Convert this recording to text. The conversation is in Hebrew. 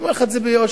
אומר לך את זה ביושר: